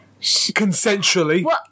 Consensually